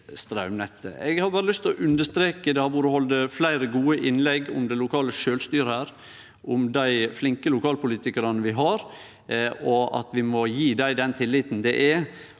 lyst til å understreke at det er blitt halde fleire gode innlegg om det lokale sjølvstyret her, om dei flinke lokalpolitikarane vi har, og at vi må gje dei den til liten det er